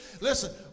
Listen